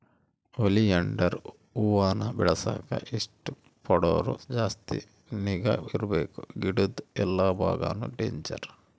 oleander ಹೂವಾನ ಬೆಳೆಸಾಕ ಇಷ್ಟ ಪಡೋರು ಜಾಸ್ತಿ ನಿಗಾ ಇರ್ಬಕು ಗಿಡುದ್ ಎಲ್ಲಾ ಬಾಗಾನು ಡೇಂಜರ್